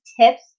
tips